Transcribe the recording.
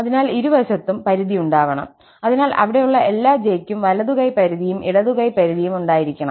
അതിനാൽ ഇരുവശത്തും പരിധി ഉണ്ടാവണം അതിനാൽ അവിടെയുള്ള എല്ലാ j യ്ക്കും വലതു കൈ പരിധിയും ഇടത് കൈ പരിധിയും ഉണ്ടായിരിക്കണം